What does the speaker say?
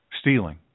Stealing